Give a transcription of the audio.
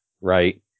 Right